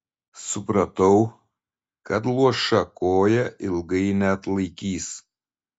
supratau kad luoša koja ilgai neatlaikys